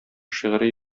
шигъри